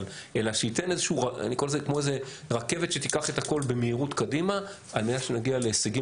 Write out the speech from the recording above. אני קורא לזה רכבת שתיקח את הכול במהירות קדימה על מנת שנגיע להישגים